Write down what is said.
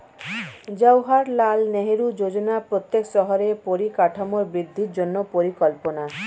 জাওহারলাল নেহেরু যোজনা প্রত্যেক শহরের পরিকাঠামোর বৃদ্ধির জন্য পরিকল্পনা